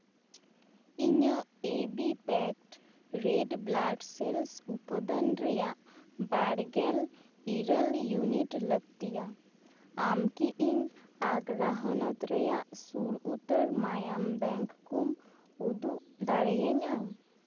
ᱤᱧᱟᱹᱜ ᱮᱵᱤ ᱯᱮᱰ ᱨᱮᱰ ᱵᱞᱟᱰ ᱥᱮᱞᱥ ᱩᱯᱟᱫᱟᱱ ᱨᱮᱭᱟᱜ ᱵᱟᱨᱜᱮᱞ ᱤᱨᱟᱹᱞ ᱤᱭᱩᱱᱤᱴ ᱞᱟᱹᱠᱛᱤᱭᱟ ᱟᱢ ᱠᱤ ᱤᱧ ᱟᱜᱽᱨᱟ ᱦᱚᱱᱚᱛ ᱨᱮᱭᱟᱜ ᱥᱩᱨ ᱩᱛᱟᱹᱨ ᱢᱟᱭᱟᱢ ᱵᱮᱝᱠ ᱠᱚ ᱠᱚᱹᱢ ᱩᱫᱩᱜ ᱫᱟᱲᱮᱭᱟᱹᱧᱟᱹ